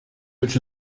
which